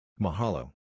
Mahalo